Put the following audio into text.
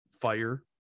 fire